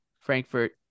Frankfurt